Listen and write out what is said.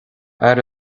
aire